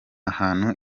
hantu